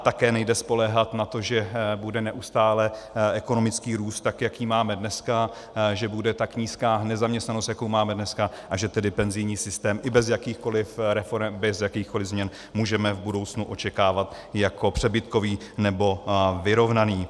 Také nejde spoléhat na to, že bude neustále ekonomický růst takový, jaký máme dneska, že bude tak nízká nezaměstnanost, jakou máme dneska, a že tedy penzijní systém i bez jakýchkoli reforem, bez jakýchkoli změn můžeme v budoucnu očekávat jako přebytkový nebo vyrovnaný.